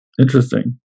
Interesting